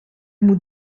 moet